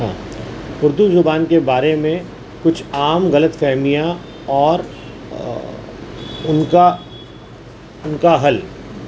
ہاں اردو زبان کے بارے میں کچھ عام غلط فہمیاں اور ان کا ان کا حل